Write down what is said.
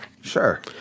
Sure